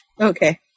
Okay